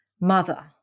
mother